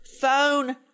phone